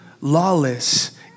lawless